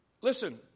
Listen